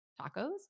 tacos